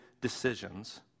decisions